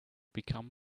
become